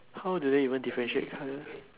how do they even differentiate colour